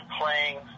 playing